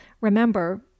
remember